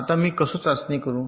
आता मी कसं चाचणी करू